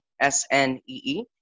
S-N-E-E